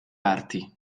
arti